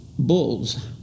Bulls